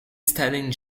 standing